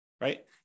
right